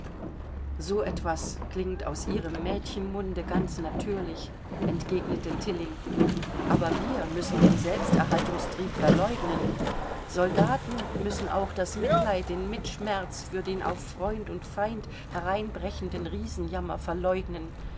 so etwas klingt aus ihrem mädchenmunde ganz natürlich entgegnete tilling aber wir müssen den selbsterhaltungstrieb verleugnen soldaten müssen auch das mitleid den mitschmerz für den auf freund und feind hereinbrechenden riesenjammer verleugnen